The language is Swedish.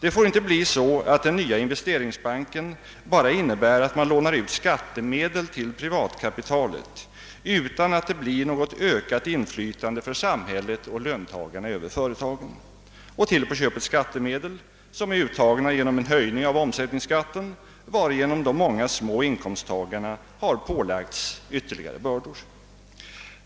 Det får inte bli så, att den nya investeringsbanken bara innebär att man lånar ut skattemedel till privatkapitalet utan att det blir något ökat inflytande för samhället och löntagarna över företagen — och till på köpet skattemedel som är uttagna genom en höjning av omsättningsskatten, varigenom de många små inkomsttagarna har pålagts ytterligare bördor.